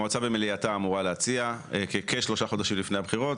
המועצה במליאתה אמורה להציע כשלושה חודשים לפני הבחירות.